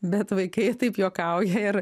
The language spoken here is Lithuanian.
bet vaikai taip juokauja ir